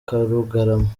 karugarama